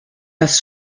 das